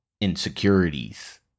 insecurities